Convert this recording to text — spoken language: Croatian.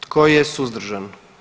Tko je suzdržan?